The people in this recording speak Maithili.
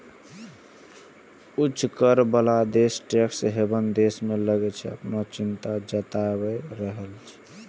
उच्च कर बला देश टैक्स हेवन देश कें लए कें अपन चिंता जताबैत रहै छै